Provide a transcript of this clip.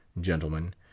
gentlemen